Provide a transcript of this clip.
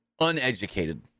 Uneducated